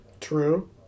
True